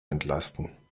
entlasten